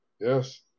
yes